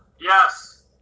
Yes